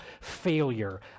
failure